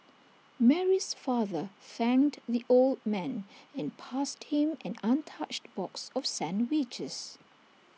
Mary's father thanked the old man and passed him an untouched box of sandwiches